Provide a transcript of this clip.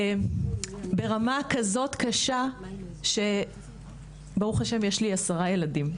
ברוך השם יש לי עשרה ילדים,